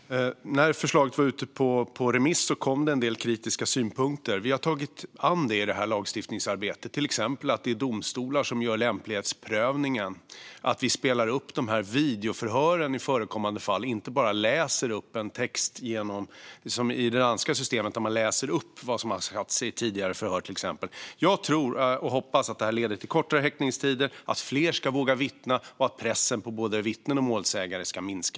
Herr talman! När förslaget var ute på remiss kom det en del kritiska synpunkter. Vi har tagit till oss dem i det här lagstiftningsarbetet, till exempel att det är domstolar som gör lämplighetsprövningen och att vi spelar upp de här videoförhören i förekommande fall och inte bara läser upp en text, som i det danska systemet, där det beskrivs vad som har sagts i tidigare förhör. Jag tror och hoppas att det här leder till kortare häktningstider, att fler ska våga vittna och att pressen på både vittnen och målsägande ska minska.